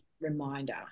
reminder